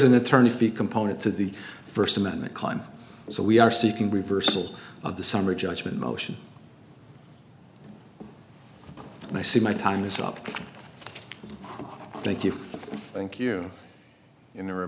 an attorney feet component to the first amendment climb so we are seeking reversal of the summary judgment motion and i see my time is up thank you thank you